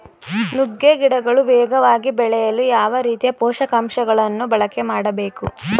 ನುಗ್ಗೆ ಗಿಡಗಳು ವೇಗವಾಗಿ ಬೆಳೆಯಲು ಯಾವ ರೀತಿಯ ಪೋಷಕಾಂಶಗಳನ್ನು ಬಳಕೆ ಮಾಡಬೇಕು?